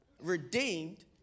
redeemed